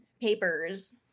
papers